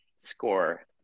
score